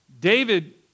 David